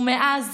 ומאז